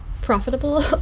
profitable